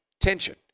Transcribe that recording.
tension